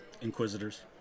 Inquisitors